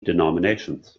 denominations